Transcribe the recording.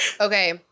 Okay